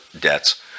debts